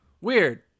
Weird